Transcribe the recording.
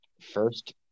First